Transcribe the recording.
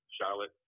Charlotte